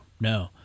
no